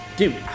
Dude